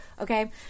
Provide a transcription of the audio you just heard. Okay